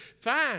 fine